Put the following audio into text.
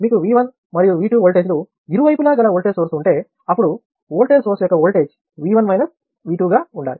మీకు V 1 మరియు V 2 voltage లు ఇరువైపులా గల వోల్టేజ్ సోర్స్ ఉంటే అప్పుడు వోల్టేజ్ సోర్స్ యొక్క వోల్టేజ్ V 1 మైనస్ V 2 గా ఉండాలి